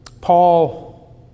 Paul